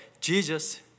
Jesus